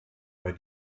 bei